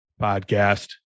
Podcast